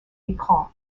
écran